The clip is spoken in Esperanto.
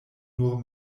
nur